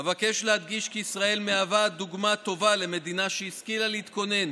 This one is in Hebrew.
אבקש להדגיש כי ישראל מהווה דוגמה טובה למדינה שהשכילה להתכונן